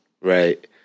Right